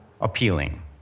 appealing